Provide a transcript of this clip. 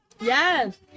yes